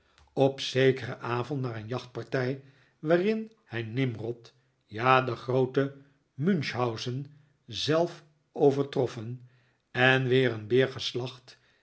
op zekeren avond na een jachtpartij waarin hij nimrod ja den grooten munch hausen zelf overtroffen en weer een beer